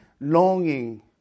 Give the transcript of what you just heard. longing